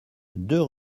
deux